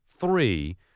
three